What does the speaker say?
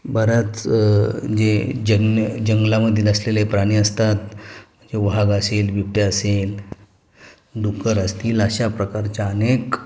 बऱ्याच जे जंग जंगलामधील नसलेले प्राणी असतात वाग असेल बिबट्या असेल डुक्कर असतील अशा प्रकारच्या अनेक